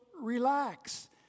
relax